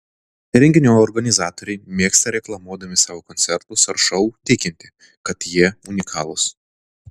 renginių organizatoriai mėgsta reklamuodami savo koncertus ar šou tikinti kad jie unikalūs